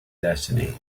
destiny